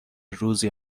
روزی